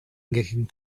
getting